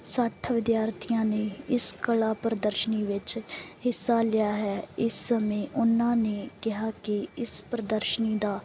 ਸੱਠ ਵਿਦਿਆਰਥੀਆਂ ਨੇ ਇਸ ਕਲਾ ਪ੍ਰਦਰਸ਼ਨੀ ਵਿੱਚ ਹਿੱਸਾ ਲਿਆ ਹੈ ਇਸ ਸਮੇਂ ਉਨ੍ਹਾਂ ਨੇ ਕਿਹਾ ਕਿ ਇਸ ਪ੍ਰਦਰਸ਼ਨੀ ਦਾ